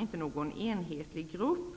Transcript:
inte någon enhetlig grupp.